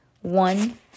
One